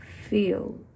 feel